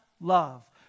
love